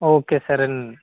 okay సరేనండి